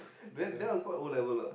that that was what O-level ah